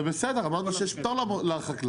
זה בסדר אמרנו שיש פטור לחקלאי.